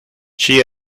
she